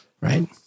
right